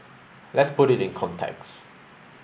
let's put it in context